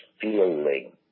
feeling